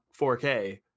4K